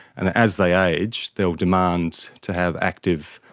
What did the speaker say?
and as they age they will demand to have active,